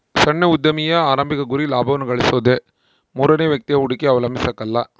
ಸಣ್ಣ ಉದ್ಯಮಿಯ ಆರಂಭಿಕ ಗುರಿ ಲಾಭವನ್ನ ಗಳಿಸೋದು ಮೂರನೇ ವ್ಯಕ್ತಿಯ ಹೂಡಿಕೆ ಅವಲಂಬಿಸಕಲ್ಲ